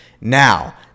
Now